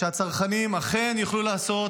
שהצרכנים אכן יוכלו לעשות